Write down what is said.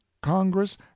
congress